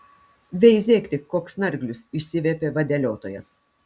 veizėk tik koks snarglius išsiviepė vadeliotojas